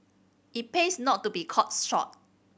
it pays not to be caught short